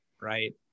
right